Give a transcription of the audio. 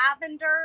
lavender